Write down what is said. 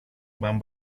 van